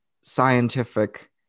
scientific